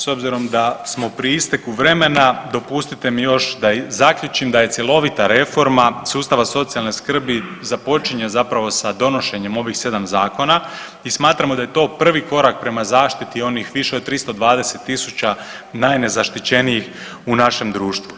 S obzirom da smo pri isteku vremena, dopustite mi još da zaključim da je cjelovita reforma sustava socijalne skrbi započinje zapravo sa donošenjem ovih 7 zakona i smatramo da je to prvi korak prema zaštiti onih više od 320 tisuća najnezaštićenijih u našem društvu.